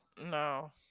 no